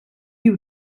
you